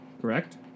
Correct